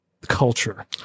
culture